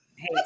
Hey